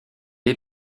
est